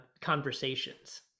conversations